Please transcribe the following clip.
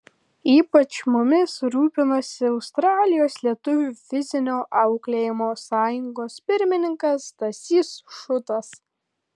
ypač mumis rūpinosi australijos lietuvių fizinio auklėjimo sąjungos pirmininkas stasys šutas